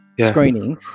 screening